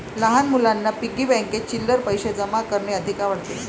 लहान मुलांना पिग्गी बँकेत चिल्लर पैशे जमा करणे अधिक आवडते